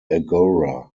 agora